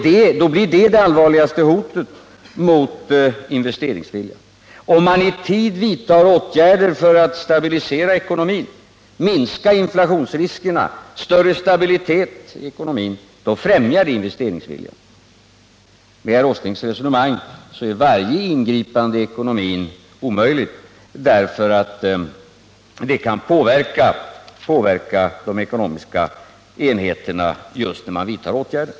Då blir detta det allvarligaste hotet mot investeringsviljan. Om man i tid vidtar åtgärder för att stabilisera ekonomin och minska inflationsriskerna främjar det investeringsviljan. Med herr Åslings resonemang är varje ingripande i ekonomin omöjligt, därför att det kan påverka de ekonomiska enheterna just när man vidtar åtgärderna.